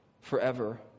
forever